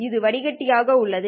இது வடிகட்டியாக உள்ளது